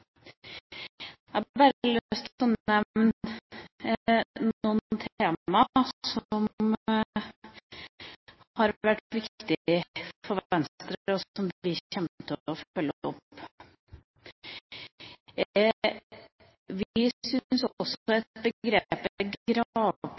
Jeg har lyst til å nevne noen temaer som har vært viktige for Venstre, og som vi kommer til å følge opp. Vi syns også